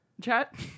chat